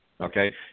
okay